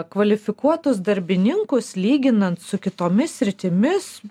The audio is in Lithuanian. kvalifikuotus darbininkus lyginant su kitomis sritimis